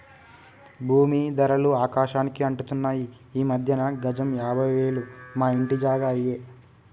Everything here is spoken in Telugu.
భూమీ ధరలు ఆకాశానికి అంటుతున్నాయి ఈ మధ్యన గజం యాభై వేలు మా ఇంటి జాగా అయ్యే